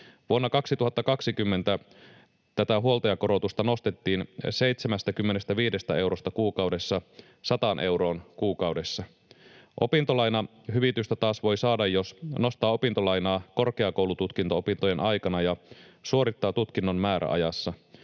Vuonna 2020 tätä huoltajakorotusta nostettiin 75 eurosta kuukaudessa 100 euroon kuukaudessa. Opintolainahyvitystä taas voi saada, jos nostaa opintolainaa korkeakoulututkinto-opintojen aikana ja suorittaa tutkinnon määräajassa.